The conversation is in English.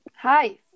Hi